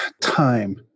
time